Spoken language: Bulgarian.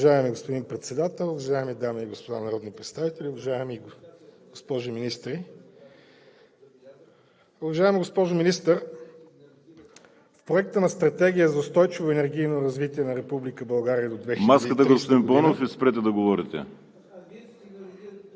Маската, господин Паунов, и спрете да говорите.